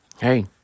Hey